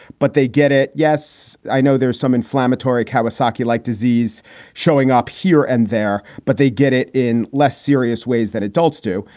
but they get it. yes, i know there's some inflammatory kawasaki like disease showing up here and there, but they get it in less serious ways than adults do.